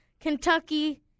Kentucky